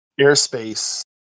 airspace